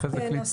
כן.